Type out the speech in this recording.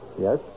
Yes